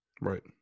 Right